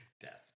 Death